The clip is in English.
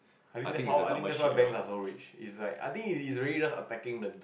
I think that's how I think that why banks are so rich it's like I think it's really just attacking the